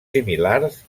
similars